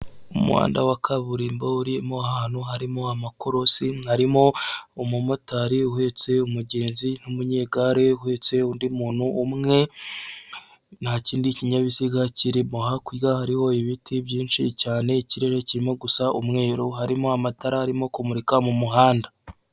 Umuhanda wa kaburimbo urimo ahantu harimo amakorosi harimo umumotari uhetse umugenzi, n'umunyegare uheretse undi muntu umwe, nta kindi kinyabiziga kirimo hakurya hariho ibiti byinshi cyane, ikirere kirimo gusa umweru, harimo amatara arimo kumurika mu muhanda.